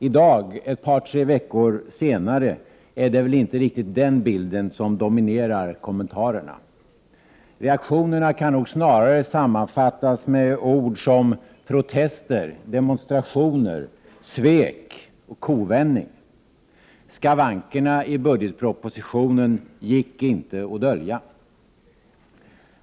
I dag, ett par tre veckor senare, är det väl inte den bilden som dominerar kommentarerna. Reaktionerna kan nog snarare sammanfattas med ord som ”protester”, ”demonstrationer”, ”svek”, ”kovändning”. Skavankerna i budgetpropositionen gick inte att dölja.